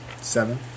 Seven